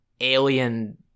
alien